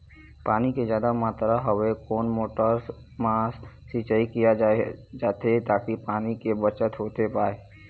पानी के जादा मात्रा हवे कोन मोटर मा सिचाई किया जाथे ताकि पानी के बचत होथे पाए?